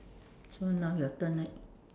so now your turn right